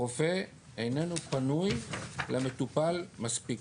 הרופא איננו פנוי למטופל מספיק.